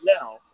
now